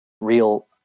real